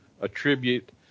attribute